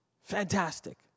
Fantastic